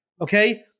okay